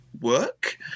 work